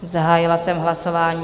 Zahájila jsem hlasování.